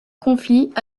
conflit